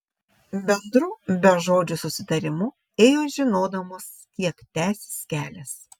bendru bežodžiu susitarimu ėjo žinodamos kiek tęsis kelias